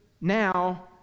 now